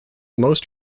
most